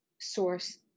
source